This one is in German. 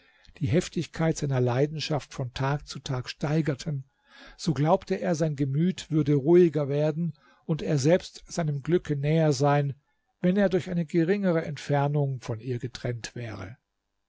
die heftigkeit seiner leidenschaft von tag zu tag steigerten so glaubte er sein gemüt würde ruhiger werden und er selbst seinem glücke näher sein wenn er durch eine geringere entfernung von ihr getrennt wäre